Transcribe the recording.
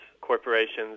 corporations